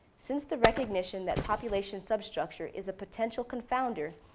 since the recognition that population substructure is a potential co-founder,